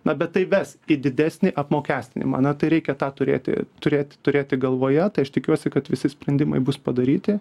na bet tai ves į didesnį apmokestinimą na tai reikia tą turėti turėt turėti galvoje tai aš tikiuosi kad visi sprendimai bus padaryti